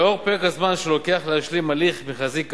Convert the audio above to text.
לאור פרק הזמן שלוקח להשלים הליך מכרזי כאמור,